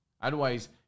Otherwise